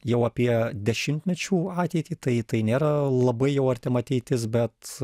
jau apie dešimtmečių ateitį tai tai nėra labai jau artima ateitis bet